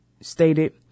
stated